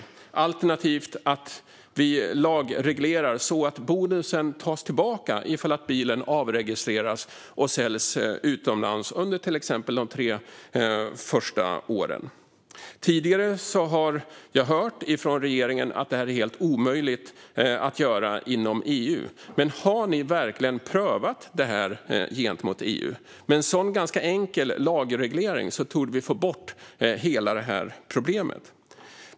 Ett alternativ är att lagreglera så att bonusen tas tillbaka om bilen avregistreras och säljs utomlands under till exempel de tre första åren. Tidigare har jag hört från regeringen att det är helt omöjligt att genomföra detta inom EU. Men har ni verkligen prövat det här gentemot EU? Med en sådan ganska enkel lagreglering torde man få bort hela problemet.